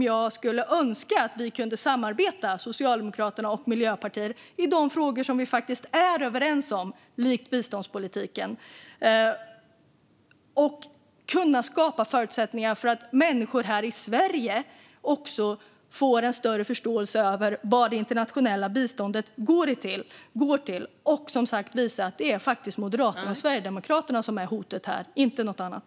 Jag skulle önska att Socialdemokraterna och Miljöpartiet kunde samarbeta i de frågor där våra partier faktiskt är överens, som när det gäller biståndspolitiken, skapa förutsättningar för att människor här i Sverige får en större förståelse för vad det internationella biståndet går till och visa att det faktiskt är Moderaterna och Sverigedemokraterna som är hotet här - inte något annat.